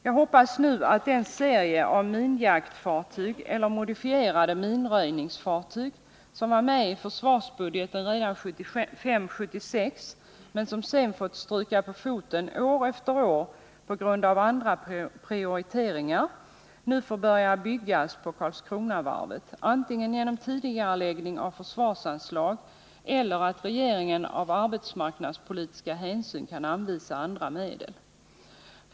Jag hoppas emellertid att en serie av minjaktfartyg eller modifierade minröjningsfartyg som fanns med i försvarsbudgeten redan 1975/76 men som sedan fått stryka på foten år efter år på grund av andra prioriteringar nu får börja byggas på Karlskronavarvet, antingen genom tidigareläggning av försvarsanslag eller genom att regeringen av arbetsmarknadspolitiska hänsyn kan anvisa andra medel.